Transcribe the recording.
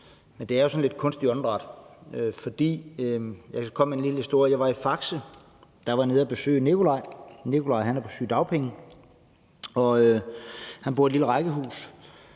Men det er jo sådan lidt af et kunstigt åndedræt, og her skal jeg komme med en lille historie. Jeg var i Faxe, hvor jeg var nede at besøge Nikolaj. Nikolaj er på sygedagpenge. Han bor i et lille rækkehus,